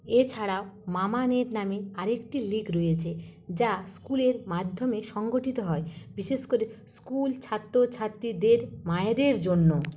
এছাড়াও মামানেট নামে আরেকটি লিগ রয়েছে যা স্কুলের মাধ্যমে সংগঠিত হয় বিশেষ করে স্কুল ছাত্রছাত্রীদের মায়েদের জন্য